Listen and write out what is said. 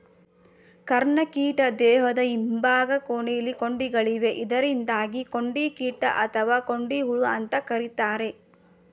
ಕರ್ಣಕೀಟ ದೇಹದ ಹಿಂಭಾಗ ಕೊನೆಲಿ ಕೊಂಡಿಗಳಿವೆ ಇದರಿಂದಾಗಿ ಕೊಂಡಿಕೀಟ ಅಥವಾ ಕೊಂಡಿಹುಳು ಅಂತ ಕರೀತಾರೆ